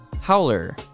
Howler